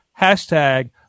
Hashtag